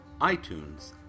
iTunes